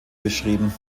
beschrieben